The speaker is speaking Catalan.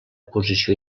posició